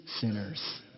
sinners